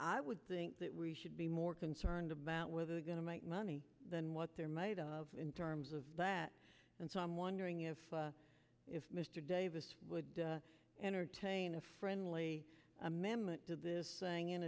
i would think should be more concerned about whether they're going to make money than what they're made of in terms of that and so i'm wondering if if mr davis would entertain a friendly amendment to this saying in